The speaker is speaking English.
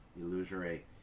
illusory